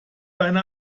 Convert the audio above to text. deine